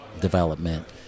development